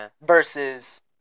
versus